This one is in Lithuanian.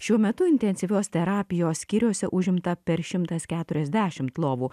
šiuo metu intensyvios terapijos skyriuose užimta per šimtas keturiasdešimt lovų